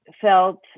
felt